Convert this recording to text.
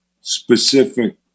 specific